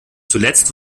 zuletzt